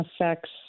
affects